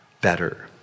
better